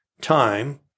time